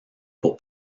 pour